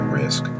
risk